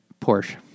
Porsche